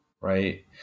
right